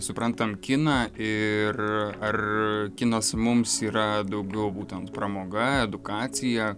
suprantam kiną ir ar kinas mums yra daugiau būtent pramoga edukacija